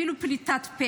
זו הייתה אפילו פליטת פה.